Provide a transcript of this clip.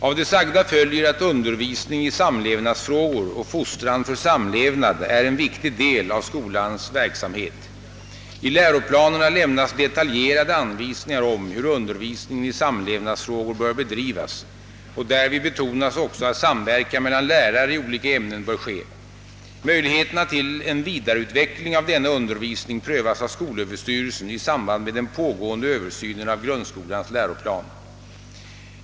Av det sagda följer att undervisning i samlevnadsfrågor och fostran för samlevnad är en viktig del av skolans verksamhet. I läroplanerna lämnas detaljerade anvisningar om hur undervisningen i samlevnadsfrågor bör bedrivas och därvid betonas också, att samverkan mellan lärare i olika ämnen bör ske. Möjligheterna till en vidareutveckling av denna undervisning prövas av skolöverstyrelsen i samband med den pågående översynen av grundskolans läroplan.